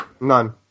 None